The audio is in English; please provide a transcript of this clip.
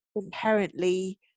inherently